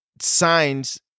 signs